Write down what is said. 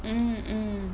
mm mm